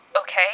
okay